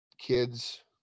kids